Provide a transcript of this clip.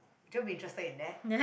will you be interested in that